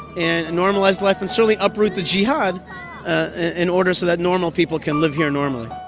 and normalize life and certainly uproot the jihad ah in order so that normal people can live here normally